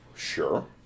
Sure